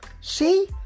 See